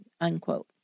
unquote